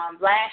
last